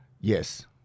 Yes